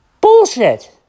Bullshit